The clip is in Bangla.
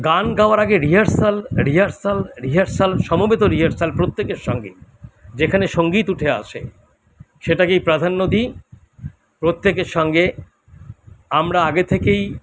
গান গাওয়ার আগে রিহার্সাল রিহার্সাল রিহর্সাল সমবেত রিহার্সাল প্রত্যেকের সঙ্গে যেখানে সঙ্গীত উঠে আসে সেটাকেই প্রাধান্য দিই প্রত্যেকের সঙ্গে আমরা আগে থেকেই